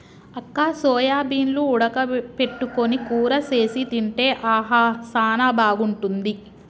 అక్క సోయాబీన్లు ఉడక పెట్టుకొని కూర సేసి తింటే ఆహా సానా బాగుంటుంది